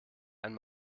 ein